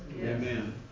Amen